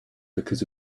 because